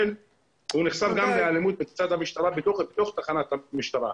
הוא נחשף גם לאלימות מצד המשטרה בתוך תחנת המשטרה.